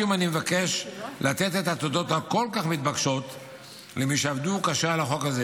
אני מבקש לתת את התודות המתבקשות כל כך למי שעבדו קשה על החוק הזה.